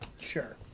Sure